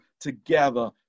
together